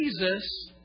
Jesus